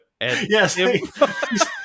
Yes